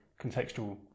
contextual